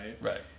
right